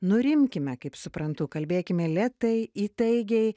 nurimkime kaip suprantu kalbėkime lėtai įtaigiai